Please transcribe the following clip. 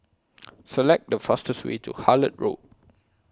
Select The fastest Way to Hullet Road